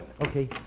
Okay